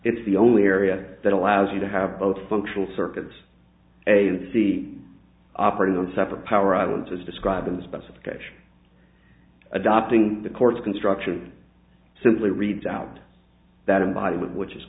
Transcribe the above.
it's the only area that allows you to have both functional circuits a and c operating on separate power islands as described in the specification adopting the court's construction simply reads out that embodied which is